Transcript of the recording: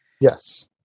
Yes